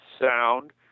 sound